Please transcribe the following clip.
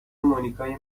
مونیکای